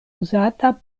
uzata